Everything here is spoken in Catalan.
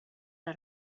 les